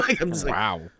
Wow